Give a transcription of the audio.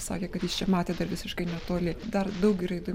sakė kad jis čia matė dar visiškai netoli dar daug yra įdomių